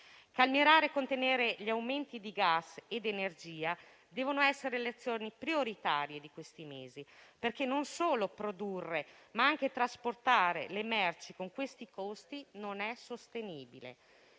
Calmierare e contenere gli aumenti di gas ed energia devono essere le azioni prioritarie di questi mesi, perché non solo produrre, ma anche trasportare le merci con questi costi non è sostenibile.